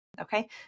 okay